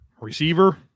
Receiver